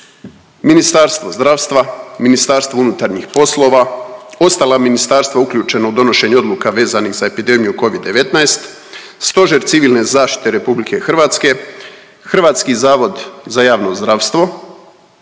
Ministarstvo zdravstva, Ministarstvo unutarnjih poslova, ostala ministarstva uključena u donošenje odluke vezanih za epidemiju Covid-19, Stožer civilne zaštite RH, Hrvatski zavod za javno zdravstvo,